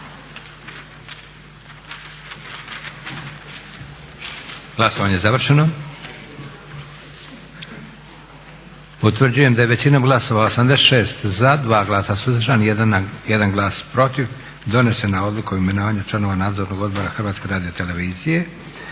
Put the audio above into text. Glasovanje je završeno. Utvrđujem da je većinom glasova, 86 za, 2 glasa suzdržana i 1 glas protiv donesena odluka o imenovanju članova Nadzornog odbora HRT-a koje imenuje